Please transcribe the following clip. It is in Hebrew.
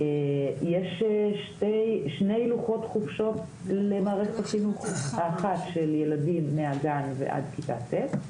יש שני לוחות חופשות של מערכת החינוך - האחת של ילדים מהגן ועד כיתה ט',